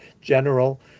general